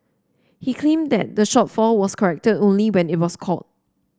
he claimed that the shortfall was corrected only when it was caught